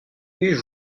eût